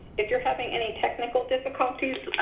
if you're having any technical difficulties,